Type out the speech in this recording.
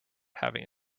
having